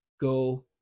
go